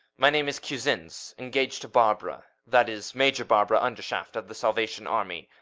my name is cusins engaged to barbara. that is major barbara undershaft, of the salvation army.